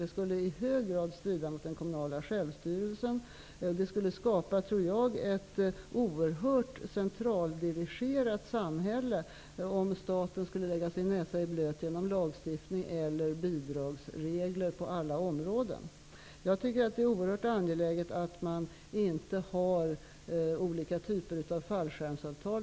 Det skulle i hög grad strida mot den kommunala självstyrelsen, och det skulle enligt min uppfattning skapa ett oerhört centraldirigerat samhälle om staten skulle lägga sin näsa i blöt genom lagstiftning eller bidragsregler på alla områden. Jag tycker att det är oerhört angeläget att man inte har olika typer av fallskärmsavtal.